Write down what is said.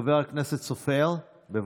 חבר הכנסת סופר, בבקשה.